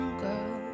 girl